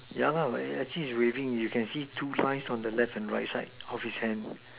yeah actually is waving you can see two signs on the left and right side of his hands